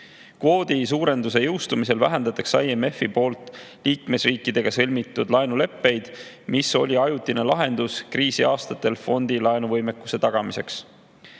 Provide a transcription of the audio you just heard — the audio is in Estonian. Kvoodi suurendamise jõustumisel vähendatakse IMF‑i poolt liikmesriikidega sõlmitud laenuleppeid, mis oli ajutine lahendus kriisiaastatel fondi laenuvõimekuse tagamiseks. Riigikogu